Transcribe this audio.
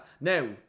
Now